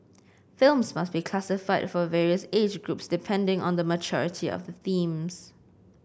films must be classified for various age groups depending on the maturity of the themes